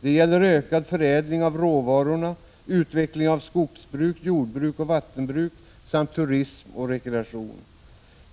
Det finns möjligheter till ökad förädling av råvarorna, utveckling av skogsbruk, jordbruk och vattenbruk samt av turism och rekreation.